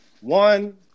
one